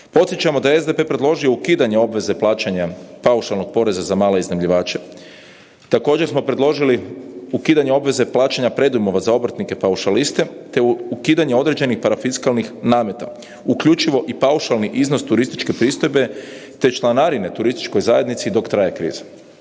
Podsjećamo da je SDP predložio ukidanje obveze plaćanja paušalnog poreza za male iznajmljivače, također smo predložili ukidanje obveze plaćanja predujmova za obrtnike paušaliste te ukidanje određenih parafiskalnih nameta uključivo i paušalni iznos turističke pristojbe te članarine turističkoj zajednici dok traje kriza.